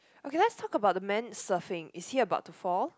okay let's talk about the man surfing is he about to fall